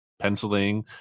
penciling